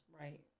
Right